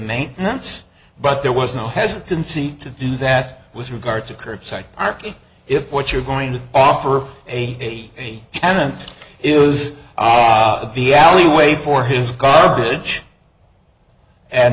maintenance but there was no hesitancy to do that with regard to curbside arky if what you're going to offer a tenant is the alley way for his garbage and